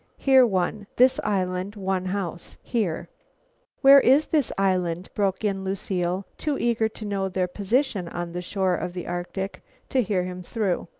here one. this island one house. here where is this island? broke in lucile, too eager to know their position on the shore of the arctic to hear him through.